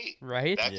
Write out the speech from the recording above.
Right